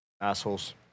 Assholes